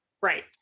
Right